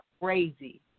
crazy